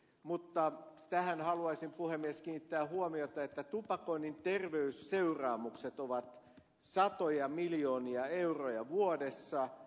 mutta tähän haluaisin puhemies kiinnittää huomiota että tupakoinnin terveysseuraamukset ovat satoja miljoonia euroja vuodessa